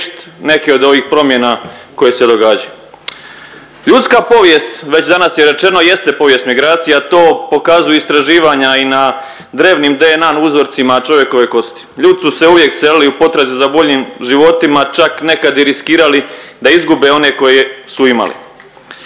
neke od ovih promjena koje se događaju? Ljudska povijest već danas je rečeno jeste povijest migracija to pokazuju istraživanja i na drevnim DNK-a uzorcima čovjekove kosti. Ljudi su se uvijek selili u potrazi za boljim životima čak nekad i riskirali da izgube one koje su imali.